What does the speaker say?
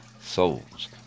souls